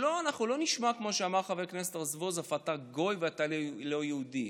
שלא נשמע כמו שאמר חבר הכנסת רזבוזוב: אתה גוי ואתה לא יהודי.